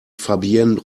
fabienne